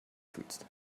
fühlst